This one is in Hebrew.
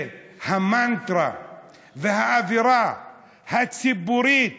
והמנטרה והאווירה הציבורית